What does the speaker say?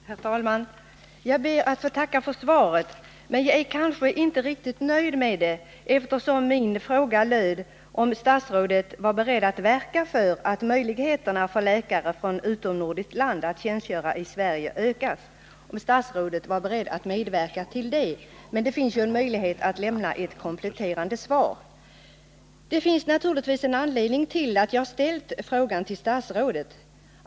Herr talman! Jag ber att få tacka för svaret. Men jag är inte riktigt nöjd med det, eftersom min fråga var om statsrådet är beredd att verka för att möjligheterna för läkare från utomnordiskt land att tjänstgöra i Sverige ökas. Det är emellertid möjligt för statsrådet att lämna ett kompletterande svar. Det finns naturligtvis en anledning till att jag ställt denna fråga till statsrådet.